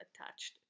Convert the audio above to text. attached